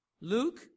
Luke